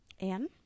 Anne